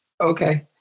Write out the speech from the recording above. okay